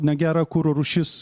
negera kuro rūšis